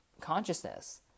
consciousness